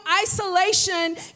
isolation